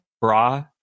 bra